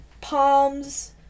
palms